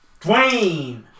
Dwayne